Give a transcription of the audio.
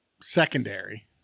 secondary